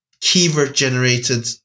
keyword-generated